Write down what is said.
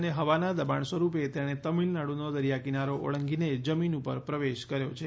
અને હવાના દબાણ સ્વરૂપે તેણે તામિલનાડુનો દરિયા કિનારો ઓળંગીને જમીન ઉપર પ્રવેશ કર્યો છે